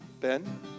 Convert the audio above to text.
Ben